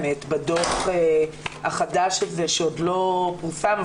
בדוח החדש שעוד לא פורסם,